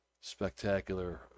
spectacular